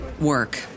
work